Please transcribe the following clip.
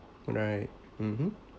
right mmhmm